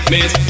Miss